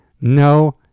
no